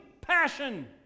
passion